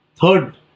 Third